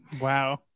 Wow